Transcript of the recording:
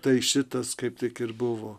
tai šitas kaip tik ir buvo